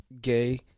gay